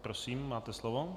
Prosím, máte slovo.